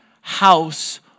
house